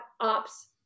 ops